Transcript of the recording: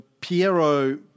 Piero